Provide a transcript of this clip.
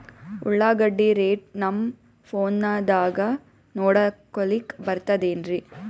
ಉಳ್ಳಾಗಡ್ಡಿ ರೇಟ್ ನಮ್ ಫೋನದಾಗ ನೋಡಕೊಲಿಕ ಬರತದೆನ್ರಿ?